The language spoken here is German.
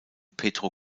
pedro